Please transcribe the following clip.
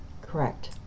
Correct